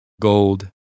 gold